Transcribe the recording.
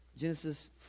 Genesis